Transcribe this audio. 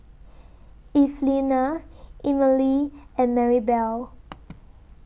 Evelena Emely and Maribel